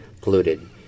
polluted